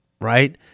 right